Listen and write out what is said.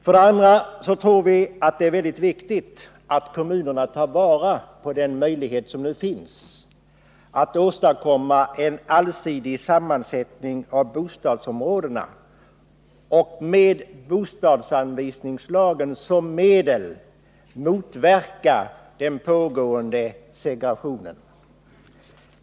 För det andra tror vi att det är väldigt viktigt att kommunerna tar till vara Nr 103 den möjlighet som nu finns att åstadkomma en allsidig sammansättning av bostadsområdena och med bostadsanvisningslagen som medel motverkar den pågående segregationen.